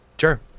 Sure